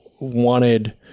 wanted